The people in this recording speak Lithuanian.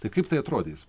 tai kaip tai atrodys